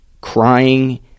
crying